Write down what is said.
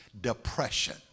Depression